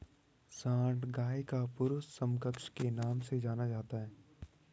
सांड गाय का पुरुष समकक्ष के नाम से जाना जाता है